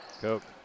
Coke